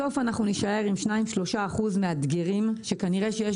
בסוף אנחנו נישאר עם 3-2 אחוזים מאתגרים שכנראה שיש